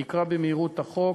אני אקרא במהירות את החוק.